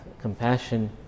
compassion